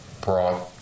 brought